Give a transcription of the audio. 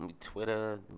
Twitter